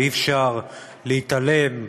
ואי-אפשר להתעלם,